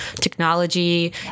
technology